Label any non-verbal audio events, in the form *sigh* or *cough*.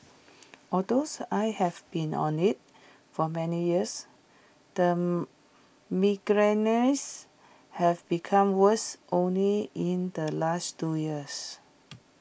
although *unintelligible* I have been on IT for many years the migraines have become worse only in the last two years